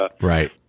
Right